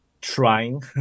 trying